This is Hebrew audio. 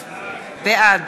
כן.